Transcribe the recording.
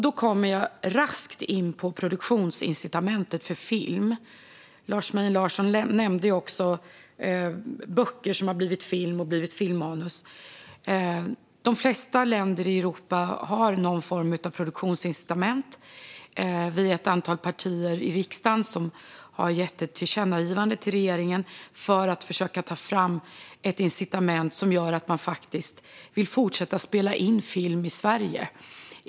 Då kommer jag raskt in på produktionsincitamentet för film. Lars Mejern Larsson nämnde böcker som har blivit film och filmmanus. De flesta länder i Europa har någon form av produktionsincitament. Vi är ett antal partier i riksdagen som har lämnat ett tillkännagivande till regeringen för att försöka få fram ett incitament som gör att man vill fortsätta spela in film i Sverige.